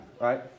right